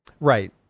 Right